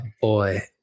boy